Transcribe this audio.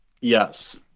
Yes